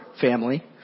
family